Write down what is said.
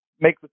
make